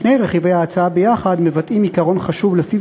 שני רכיבי ההצעה ביחד מבטאים עיקרון חשוב שלפיו